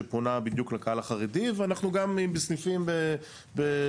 שפונה בדיוק לקהל החרדי ואנחנו גם בסניפים בקיבוצים.